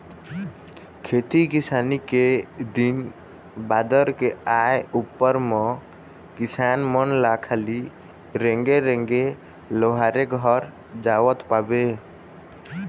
खेती किसानी के दिन बादर के आय उपर म किसान मन ल खाली रेंगे रेंगे लोहारे घर जावत पाबे